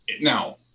Now